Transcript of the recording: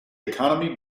economy